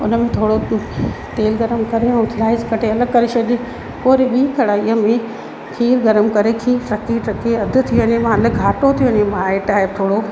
उन में थोरो तेल गरम करे ऐं स्लाइस कटियल करे पोइ वरी ॿी कढ़ाईअ में खीरु गरम करे खीरु टहिकी टहिकी अधु थी वञे मां अञा घाटो थी वञे घटाए करे थोरो